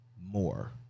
more